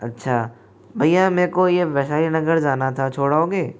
अच्छा भैया मेरे को यह वैशाली नगर जाना था छोड़ आओगे